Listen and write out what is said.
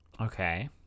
okay